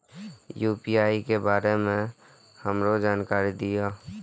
UPI के बारे में हमरो जानकारी दीय?